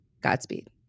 Godspeed